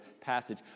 passage